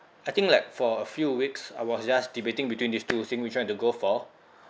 I think like for a few weeks I was just debating between these two seeing which one to go for